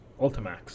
Ultimax